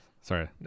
Sorry